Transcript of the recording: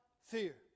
fear